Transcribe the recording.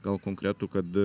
gal konkretų kad